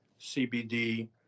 CBD